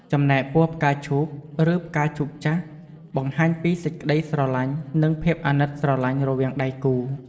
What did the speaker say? ចំណែកពណ៌ផ្កាឈូកឬផ្កាឈូកចាស់ បង្ហាញពីសេចក្តីស្រឡាញ់ និងភាពអាណិតស្រឡាញ់រវាងដៃគូរ។